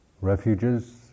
refuges